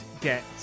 get